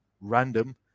random